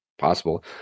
possible